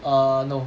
err no